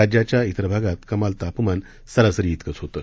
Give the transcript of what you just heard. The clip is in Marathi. राज्याच्या तिर भागात कमाल तापमान सरासरी तिकच होतं